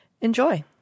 enjoy